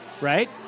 right